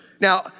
Now